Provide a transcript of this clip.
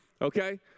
Okay